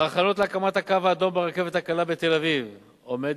ההכנות להקמת "הקו האדום" ברכבת הקלה בתל-אביב עומדות